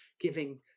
giving